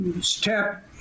step